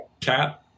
Cat